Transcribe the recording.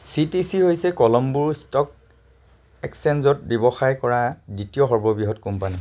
C T C হৈছে Colombo stock এক্সচেঞ্জত ব্যৱসায় কৰা দ্বিতীয় সৰ্ববৃহৎ কোম্পানী